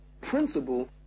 principle